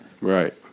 Right